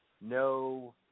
no –